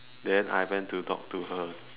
then I went to talk to her